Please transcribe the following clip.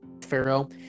Pharaoh